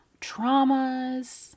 traumas